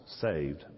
saved